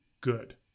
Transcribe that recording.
good